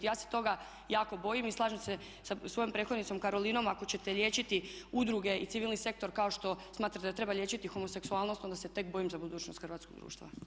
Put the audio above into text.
Ja se toga jako bojim i slažem se sa svojom prethodnicom Karolinom ako ćete liječiti udruge i civilni sektor kao što smatrate da treba liječiti homoseksualnost onda se tek bojim za budućnost hrvatskog društva.